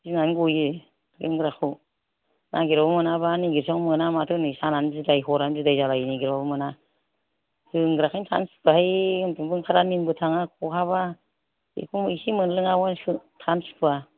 गिनानै गयो लोंग्राखौ नागिरबाबो मोनाबा नागिरसेयावबो मोना माथो नै सानानो बिदाय हरआनो बिदाय जालायो नै नागिरबाबो मोना लोंग्राखायनो थानो सुखुवाहाय उन्दुनोबो ओंखारा निन्दबो थाङा खहाबा बेखौ एसे मोनलोङाबाबो थानो सुखुवा